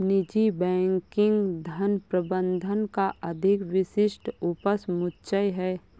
निजी बैंकिंग धन प्रबंधन का अधिक विशिष्ट उपसमुच्चय है